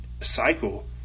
cycle